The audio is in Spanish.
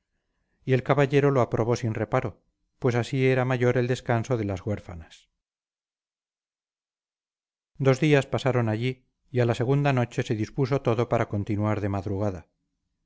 y el caballero lo aprobó sin reparo pues así era mayor el descanso de las huérfanas dos días pasaron allí y a la segunda noche se dispuso todo para continuar de madrugada